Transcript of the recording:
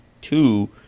two